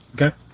Okay